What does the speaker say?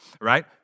right